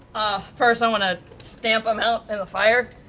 first, i want to stamp him out in the fire,